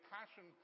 Passion